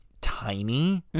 tiny